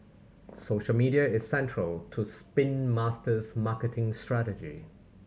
social media is central to Spin Master's marketing strategy